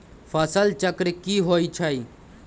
फसल चक्र की होइ छई?